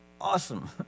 Awesome